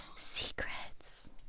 secrets